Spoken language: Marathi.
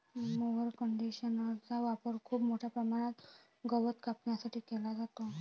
मोवर कंडिशनरचा वापर खूप मोठ्या प्रमाणात गवत कापण्यासाठी केला जातो